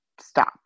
stop